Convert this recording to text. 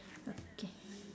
okay